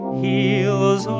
heals